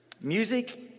Music